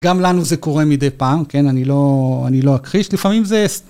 גם לנו זה קורה מדי פעם כן אני לא... אני לא אכחיש לפעמים זה.